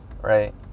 right